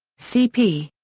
cp.